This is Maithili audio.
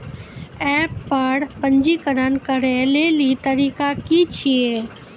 एप्प पर पंजीकरण करै लेली तरीका की छियै?